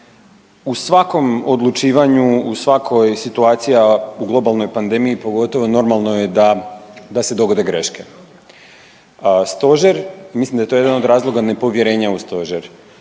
u svakom odlučivanju, u svakoj situaciji, a u globalnoj pandemiji pogotovo normalno je da, da se dogode greške. Stožer, mislim da je to jedan od razloga, nepovjerenje u stožer.